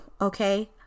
okay